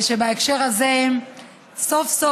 שבהקשר הזה סוף-סוף,